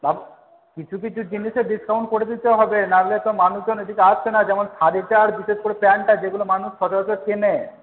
কিছু কিছু জিনিসে ডিসকাউন্ট করে দিতে হবে না হলে তো মানুষজন এদিকে আসছে না যেমন শাড়িটা আর বিশেষ করে প্যান্টটা যেগুলো মানুষ সচরাচর কেনে